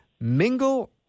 mingle